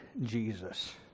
Jesus